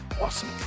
awesome